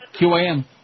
QAM